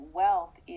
wealth